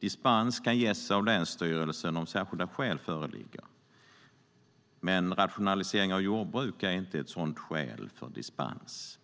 Dispens kan ges av länsstyrelsen om särskilda skäl föreligger. Men rationalisering av jordbruk är inte ett skäl för dispens.